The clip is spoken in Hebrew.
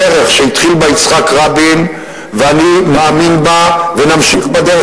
הדרך שהתחיל בה יצחק רבין ואני מאמין בה ונמשיך בדרך